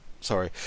Sorry